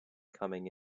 coming